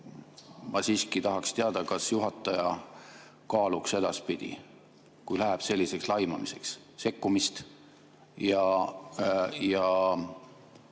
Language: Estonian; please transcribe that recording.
ma siiski tahaks teada, kas juhataja kaaluks edaspidi, kui läheb selliseks laimamiseks, sekkumist ja